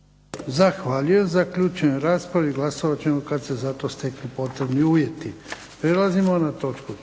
Zahvaljujem. Zaključujem raspravu i glasovat ćemo kad se za to steknu potrebni uvjeti. **Bebić, Luka